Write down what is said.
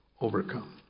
overcome